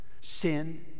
Sin